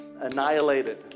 annihilated